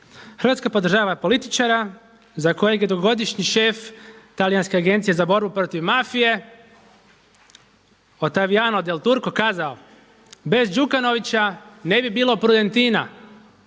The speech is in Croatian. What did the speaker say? Hrvatska podržava političara za kojeg je dugogodišnji šef Talijanske agencije za borbu protiv mafije Ottaviano Del Turco kazao bez Đukanovića ne bi bilo Prudentina,